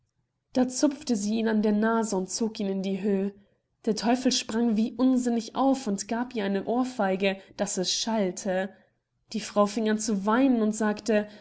da zupfte sie ihn an der nase und zog ihn in die höh der teufel sprang wie unsinnig auf und gab ihr eine ohrfeige daß es schallte die frau fing an zu weinen und sagte